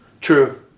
True